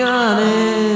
honest